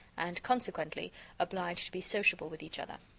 and consequently obliged to be sociable with each other.